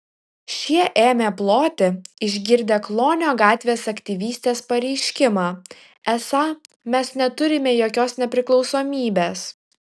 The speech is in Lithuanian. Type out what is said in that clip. šie ėmė ploti išgirdę klonio gatvės aktyvistės pareiškimą esą mes neturime jokios nepriklausomybės